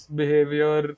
behavior